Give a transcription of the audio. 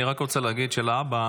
אני רק רוצה להגיד שלהבא,